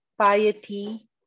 piety